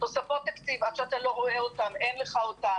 תוספות תקציב, עד שאתה לא רואה אותם אין לך אותם.